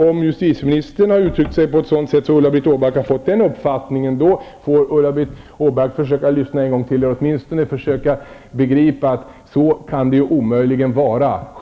Om justitieministern har uttryckt sig på ett sådant sätt att Ulla-Britt Åbark har fått den uppfattningen, får Ulla-Britt Åbark lyssna en gång till och åtminstone försöka begripa att så kan det omöjligt vara.